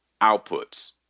outputs